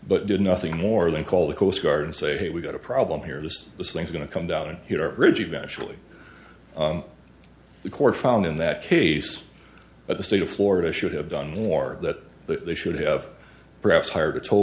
but did nothing more than call the coast guard and say hey we've got a problem here this thing's going to come down and hit our ridge of actually the corps found in that case at the state of florida should have done more that they should have perhaps hired a to